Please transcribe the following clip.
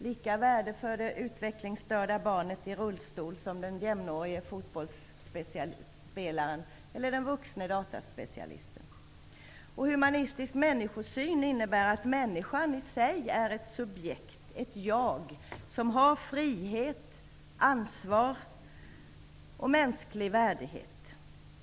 Lika värde för det utvecklingsstörda barnet i rullstol som för den jämnårige fotbollsspelaren eller den vuxne dataspecialisten. Humanistisk människosyn innebär att människan i sig är ett subjekt, ett jag, som har frihet, ansvar och mänsklig värdighet.